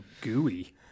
Gooey